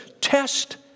Test